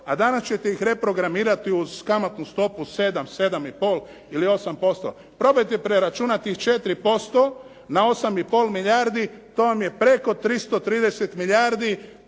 a danas ćete ih reprogramirati uz kamatnu stopu 7, 7,5 ili 8%. Probajte preračunati 4% na 8,5 milijardi, to vam je preko 330 milijardi